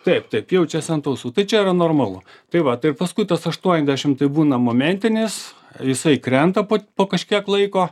taip taip jaučiasi ant ausų tai čia yra normalu tai vat ir paskui tas aštuoniasdešim tai būna momentinis jisai krenta po kažkiek laiko